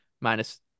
minus